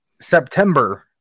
September